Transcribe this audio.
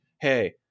Hey